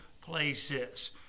places